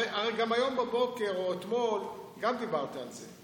הרי גם היום בבוקר או אתמול דיברת על זה.